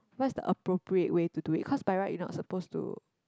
what's the appropriate way to do it cause by right you're not supposed to